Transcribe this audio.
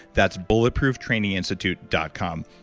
that's bulletprooftraininginstitute dot com.